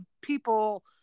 people